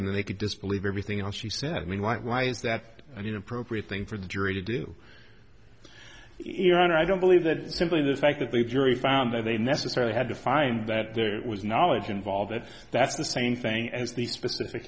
and they could disbelieve everything else she said i mean like why is that an appropriate thing for the jury to do your honor i don't believe that simply the fact that the jury found that they necessarily had to find that there was knowledge involved that that's the same thing as the specific